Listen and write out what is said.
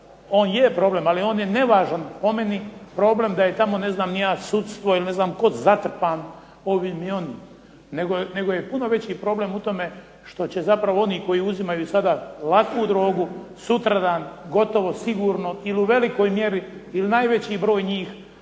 on je problem ali on je nevažna po meni problem da je tamo ne znam ni ja sudstvo ili ne znam tko zatrpan ovim i onim, nego je puno veći problem u tome što će zapravo oni koji uzimaju sada laku drogu sutradan gotovo sigurno u velikoj mjeri ili najveći broj njih